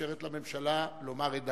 ומאפשרת לממשלה לומר את דעתה.